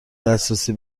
دسترسی